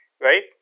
Right